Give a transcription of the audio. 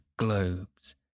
Globes